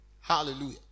Hallelujah